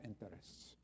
interests